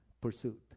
pursuit